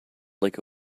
like